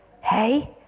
Hey